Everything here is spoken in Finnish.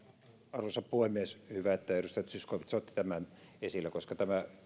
arvoisa puhemies hyvä että edustaja zyskowicz otti tämän esille koska